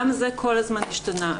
גם זה כל הזמן השתנה.